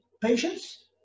patients